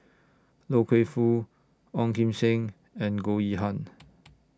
Loy Keng Foo Ong Kim Seng and Goh Yihan